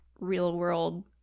real-world